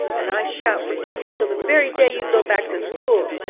and i shan't forgive you till the very day you go back to school